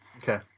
Okay